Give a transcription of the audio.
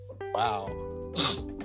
wow